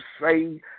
say